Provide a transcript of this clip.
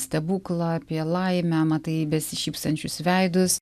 stebuklą apie laimę matai besišypsančius veidus